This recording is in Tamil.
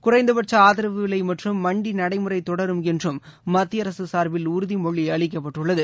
குறைந்தபட்ச ஆதரவு விலை மற்றும் மண்டி நடைமுறை தொடரும் என்றும் மத்திய அரசு சார்பில் உறுதிமொழி அளிக்கப்பட்டுள்ளது